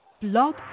Blog